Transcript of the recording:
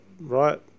right